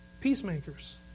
Peacemakers